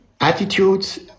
attitudes